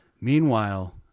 Meanwhile